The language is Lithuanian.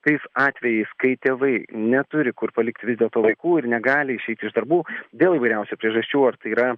tais atvejais kai tėvai neturi kur palikt vis dėlto vaikų ir negali išeit iš darbų dėl įvairiausių priežasčių ar tai yra